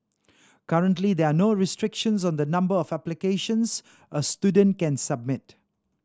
currently there are no restrictions of the number of applications a student can submit